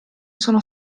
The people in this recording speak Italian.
sono